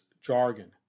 jargon